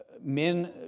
men